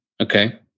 Okay